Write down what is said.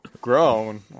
Grown